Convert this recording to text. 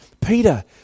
Peter